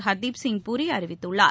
ஹர்தீப் சிங் பூரி அறிவித்துள்ளார்